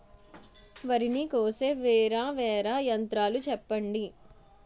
వరి ని కోసే వేరా వేరా యంత్రాలు చెప్పండి?